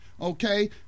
Okay